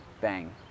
bang